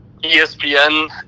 ESPN